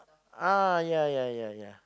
ah ya ya ya